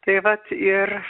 tai vat ir